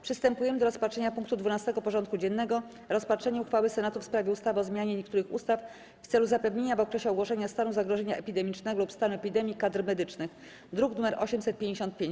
Przystępujemy do rozpatrzenia punktu 12. porządku dziennego: Rozpatrzenie uchwały Senatu w sprawie ustawy o zmianie niektórych ustaw w celu zapewnienia w okresie ogłoszenia stanu zagrożenia epidemicznego lub stanu epidemii kadr medycznych (druk nr 855)